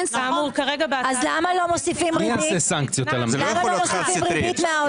זה לא יכול להיות חד סטרי.